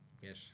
Yes